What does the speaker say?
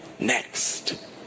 Next